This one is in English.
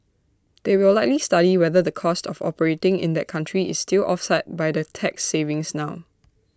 they will likely study whether the cost of operating in that country is still offset by the tax savings now